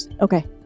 Okay